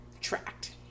tracked